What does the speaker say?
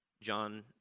John